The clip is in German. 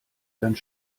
ganz